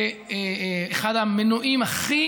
זה אחד המנועים הכי